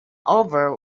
over